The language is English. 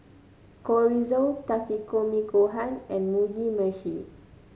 Chorizo Takikomi Gohan and Mugi Meshi